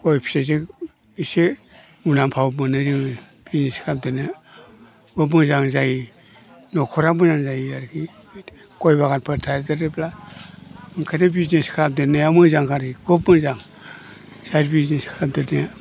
गय फिथाइजों एसे मुलाम्फाबो मोनो जोङो बिजनेस खालामदेरनो बा मोजां जायो न'खरा मोजां जायो आरोखि गय बागानफोर थादेरोब्ला ओंखायनो बिजनेस खालामदेरनाया मोजां आरोखि खब मोजां साइड बिजनेस खालामदेरनाया